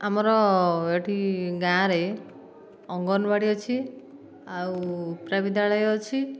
ଆମର ଏଠି ଗାଁରେ ଅଙ୍ଗନବାଡ଼ି ଅଛି ଆଉ ଉପ୍ରା ବିଦ୍ୟାଳୟ ଅଛି